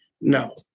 No